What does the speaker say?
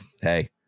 hey